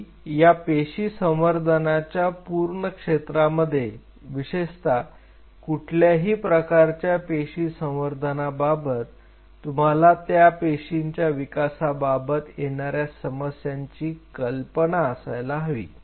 तरी या पेशी संवर्धनाच्या पूर्ण क्षेत्रांमध्ये विशेषता कुठल्याही प्रकारच्या पेशी संवर्धनाबाबत तुम्हाला त्या पेशींच्या विकासाबाबत येणाऱ्या समस्यांची कल्पना असायला हवी